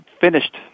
finished